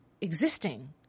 existing